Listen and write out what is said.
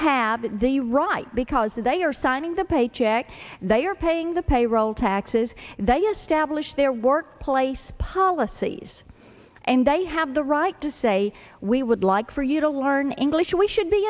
have the right because they are signing the paycheck they are paying the payroll taxes they establish their workplace policies and they have the right to say we would like for you to learn english and we should